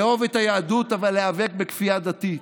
לאהוב את היהדות אבל להיאבק בכפייה דתית,